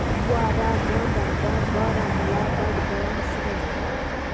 Kupwara Ganderbal Baramulla Budgam Srinagar